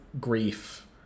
grief